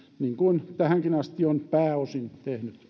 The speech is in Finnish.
niin kuin tähänkin asti on pääosin